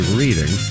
reading